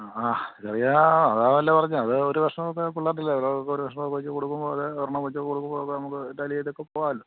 ആ ചെറിയത് അതാണു പറഞ്ഞേ അത് ഒരു ണൊക്കെ കഷണമൊക്കെ വച്ചുകൊടുക്കുമ്പോളത് ഒരെണ്ണം വച്ചുകൊടുക്കു തെ എണ്ണം ചോദിച്ചുച്ച കൊടുക്കുമ്പോള് അതൊക്കെ നമുക്ക് തൊക്കെ പോവാല്ലോ